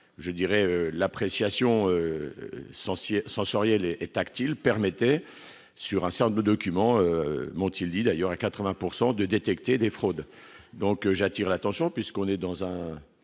je dirais l'appréciation Censier sensorielles et tactile permettez sur un simple document m'ont-ils dit d'ailleurs à 80 pourcent de détecter des fraudes donc j'attire l'attention puisqu'on est dans un